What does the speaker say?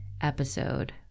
episode